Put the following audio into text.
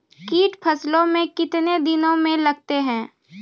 कीट फसलों मे कितने दिनों मे लगते हैं?